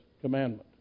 commandment